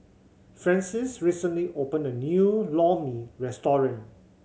Francis recently opened a new Lor Mee restaurant